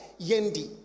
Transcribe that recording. Yendi